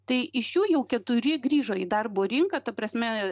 tai iš jų jau keturi grįžo į darbo rinką ta prasme